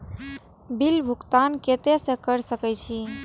Bill भुगतान केते से कर सके छी?